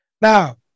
Now